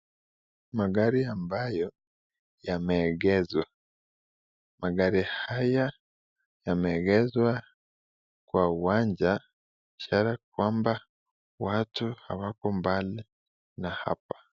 Magari ambayo yameegeshwa, magari haya yameegeshwa kwa uwanja, ishara kwamba watu hawako mbali na hapa.